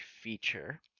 feature